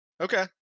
Okay